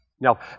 Now